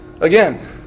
Again